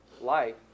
Life